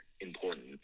important